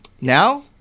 Now